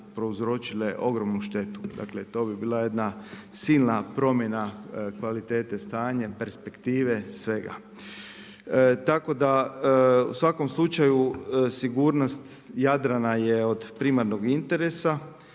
prouzročile ogromnu štetu. Dakle, to bi bila jedna silna promjena kvalitete stanje, perspektive, svega. Tako da, u svakom slučaju, sigurnost Jadrana je od primarnog interesa